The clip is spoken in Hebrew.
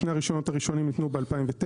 שני הרשיונות הראשונים ניתנו ב-2009,